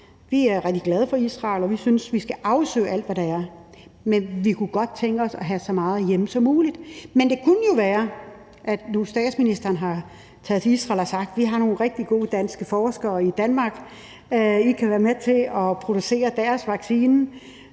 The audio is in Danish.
Vi er rigtig glade for Israel, og vi synes, at vi skal afsøge alle de muligheder, der er, men vi kunne godt tænke os at have så meget herhjemme som muligt. Men det kunne jo være fantastisk, når nu statsministeren tog til Israel og sagde, at vi har nogle rigtig gode forskere i Danmark, hvis de kunne være med til at producere den vaccine.